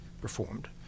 performed